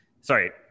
sorry